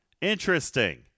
Interesting